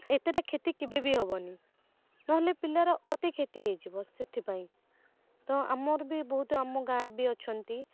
ଏତେ ଟା କ୍ଷତି କେବେ ବି ହେବନି ନହେଲେ ପିଲାର ଅତି କ୍ଷତି ହୋଇଯିବ ସେଥିପାଇଁ ତ ଆମର ବି ବହୁତ ଆମ ଗାଁରେ ବି ଅଛନ୍ତି